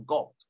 God